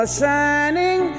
shining